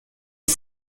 les